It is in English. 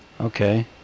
Okay